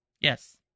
Yes